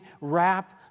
wrap